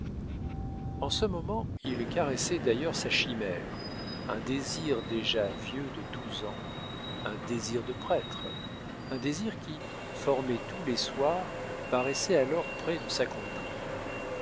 en ce moment il caressait d'ailleurs sa chimère un désir déjà vieux de douze ans un désir de prêtre un désir qui formé tous les soirs paraissait alors près de s'accomplir